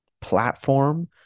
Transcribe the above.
platform